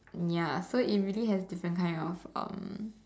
mm ya so it really has different kind of um